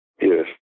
Yes